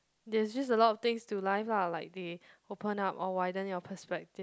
there's just a lot of thing to life lah like they open up or widen your perspective